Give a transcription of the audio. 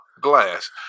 Glass